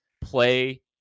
play